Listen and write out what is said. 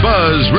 Buzz